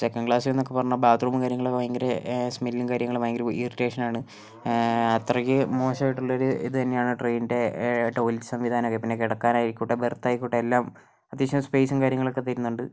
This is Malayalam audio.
സെക്കന്റ് ക്ലാസ്സെന്നൊക്കെ പറഞ്ഞാൽ ബാത്റൂമും കാര്യങ്ങൾ ഭയങ്കര സ്മെല്ലും കാര്യങ്ങളും ഭയങ്കര ഇറിറ്റേഷൻ ആണ് അത്രയ്ക്ക് മോശമായിട്ടുള്ളൊരു ഇത് തന്നെയാണ് ട്രെയിനിൻ്റെ ടോയ്ലെറ്റ് സംവിധാനമൊക്കെ പിന്നെ കിടക്കാനൊക്കെ ആയിക്കോട്ടെ ബെർത്തായിക്കോട്ടെ എല്ലാം അത്യാവശ്യം സ്പേസും കാര്യങ്ങളൊക്കെ തരുന്നുണ്ട്